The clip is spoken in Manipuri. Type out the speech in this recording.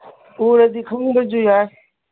ꯎꯔꯗꯤ ꯈꯪꯕꯁꯨ ꯌꯥꯏ